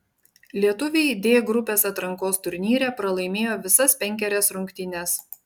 lietuviai d grupės atrankos turnyre pralaimėjo visas penkerias rungtynes